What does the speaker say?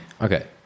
okay